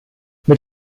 mit